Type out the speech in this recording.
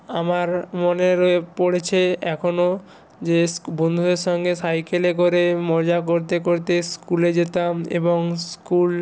আমার মনের ওই পড়ছে এখনও যে স্কু বন্ধুদের সঙ্গে সাইকেলে করে মজা করতে করতে স্কুলে যেতাম এবং স্কুল